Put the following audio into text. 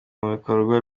mubikorwa